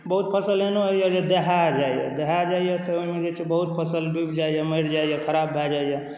बहुत फसल एहनो होइए जे दहए जाइए दहए जाइये तऽ ओहिमे जे छै बहुत फसल डुबि जाइए मरि जाइए खराब भए जाइए